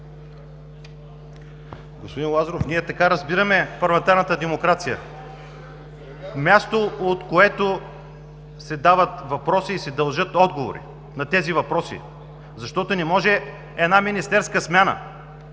Господин Лазаров, ние така разбираме парламентарната демокрация – място, от което се задават въпроси и се дължат отговори на тези въпроси. Защото не може една министерска смяна